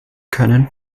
können